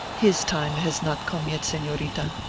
his time has not come yet, senorita,